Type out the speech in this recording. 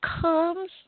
comes